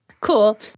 Cool